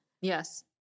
yes